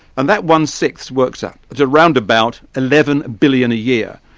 and that one-sixth works out to around about eleven billion a year.